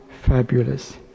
fabulous